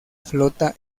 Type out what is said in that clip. flota